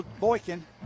Boykin